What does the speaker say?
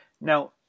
Now